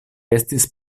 estis